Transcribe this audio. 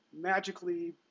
magically